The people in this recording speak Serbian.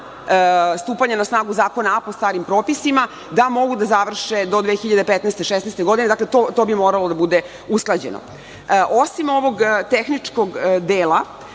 stupanja na snagu zakona, a po starim propisima, da mogu da završe do 2015, 2016. godine. To bi moralo da bude usklađeno. Osim ovog tehničkog dela,